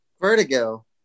Vertigo